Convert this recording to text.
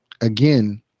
again